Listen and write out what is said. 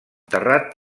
terrat